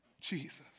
Jesus